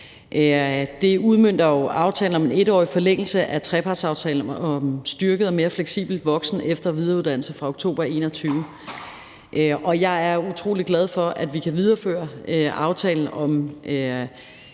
Det udmønter jo aftalen om en 1-årig forlængelse af »Trepartsaftale om styrket og mere fleksibel voksen-, efter- og videreuddannelse (2018-2021)« fra oktober 2017 . Jeg er utrolig glad for, at vi kan videreføre aftalen om